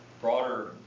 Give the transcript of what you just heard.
broader